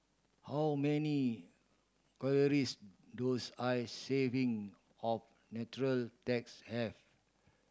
how many calories does I serving of nutella tarts have